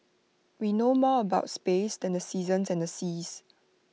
we know more about space than the seasons and the seas